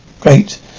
Great